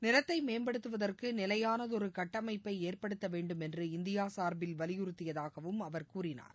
நிலத்தை மேம்படுத்துவதற்கு நிலையாளதொரு கட்டமைப்பை ஏற்படுத்த வேண்டும் என்று இந்தியா சார்பில் வலியுறுத்துவதாகவும் அவர் கூறினார்